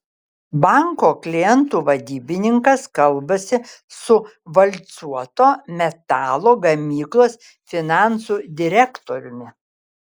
banko klientų vadybininkas kalbasi su valcuoto metalo gamyklos finansų direktoriumi